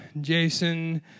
Jason